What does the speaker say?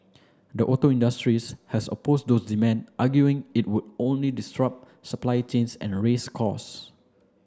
the auto industry's has opposed those demand arguing it would only disrupt supply chains and raise costs